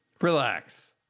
Relax